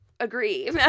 agree